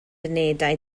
unedau